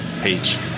page